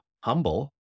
humble